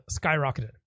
skyrocketed